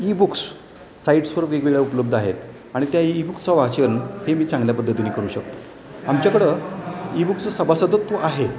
E books साईट्सवर वेगवेगळ्या उपलब्ध आहेत आणि त्या ईबुक्सचं वाचन हे मी चांगल्या पद्धतीने करू शकतो आमच्याकडे ई बुक्स सभासदत्व आहे